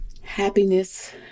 Happiness